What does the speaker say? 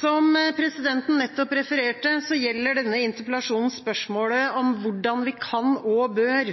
Som presidenten nettopp refererte, gjelder denne interpellasjonen spørsmålet om hvordan vi kan og bør